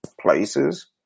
places